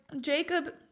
Jacob